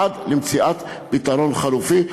עד למציאת פתרון חלופי,